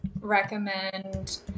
recommend